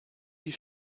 die